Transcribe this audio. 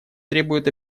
требуют